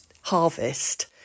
harvest